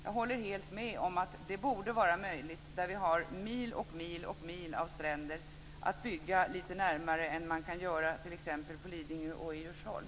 Jag håller helt med om att det borde vara möjligt där vi har mil efter mil av stränder att bygga lite närmare än vad man kan göra t.ex. på Lidingö och i Djursholm.